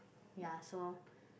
ya so